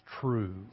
true